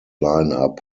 lineup